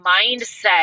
mindset